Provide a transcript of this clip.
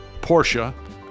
Porsche